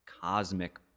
cosmic